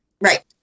right